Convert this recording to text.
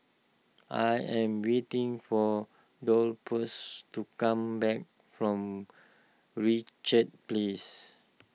I am waiting for Dolphus to come back from Richards Place